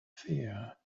fear